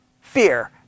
fear